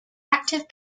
active